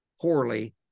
poorly